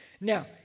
Now